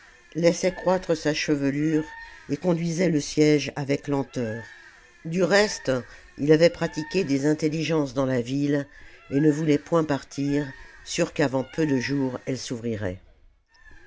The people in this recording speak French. laissait croître sa chevelure et conduisait le siège avec lenteur du reste il avait pratiqué des intelligences dans la ville et ne voulait point partir sûr qu'avant peu de jours elle s'ouvrirait